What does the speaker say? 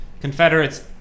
Confederates